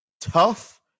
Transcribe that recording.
tough